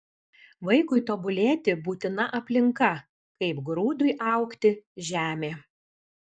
vaikui tobulėti būtina aplinka kaip grūdui augti žemė